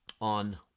on